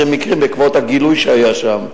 אני מדבר על 20 מקרים בעקבות הגילוי שהיה שם.